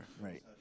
Right